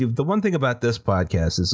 the one thing about this podcast is,